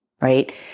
right